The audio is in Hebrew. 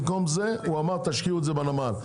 במקום זה אמר: תשקיעו את זה בנמל.